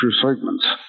segments